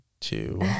two